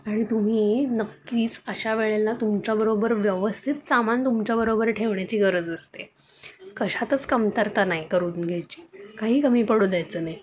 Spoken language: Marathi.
आणि तुम्ही नक्कीच अशा वेळेला तुमच्याबरोबर व्यवस्थित सामान तुमच्याबरोबर ठेवण्याची गरज असते कशातच कमतरता नाही करून घ्यायची काही कमी पडू द्यायचं नाही